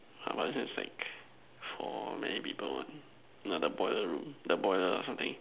I but this one is like for many people one the boiler room the boiler or something